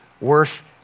worth